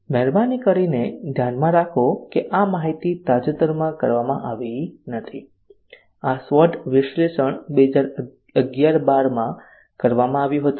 મહેરબાની કરીને ધ્યાનમાં રાખો કે આ માહિતી તાજેતરમાં કરવામાં આવી નથી આ SWOT વિશ્લેષણ ૨૦૧૧ ૧૨ માં કરવામાં આવ્યું હતું